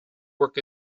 work